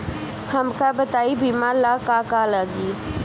हमका बताई बीमा ला का का लागी?